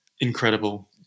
Incredible